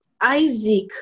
Isaac